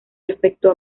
respecto